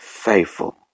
faithful